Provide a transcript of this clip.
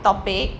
topic